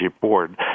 Board